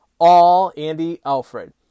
AllAndyAlfred